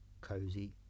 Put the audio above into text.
cozy